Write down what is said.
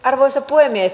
arvoisa puhemies